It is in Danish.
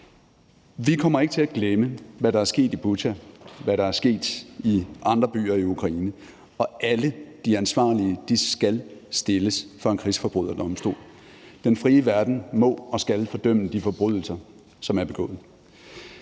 Vi kommer ikke til at glemme, hvad der er sket i Butja, og hvad der er sket i andre byer i Ukraine, og alle de ansvarlige skal stilles for en krigsforbryderdomstol. Den frie verden må og skal fordømme de forbrydelser, som er begået.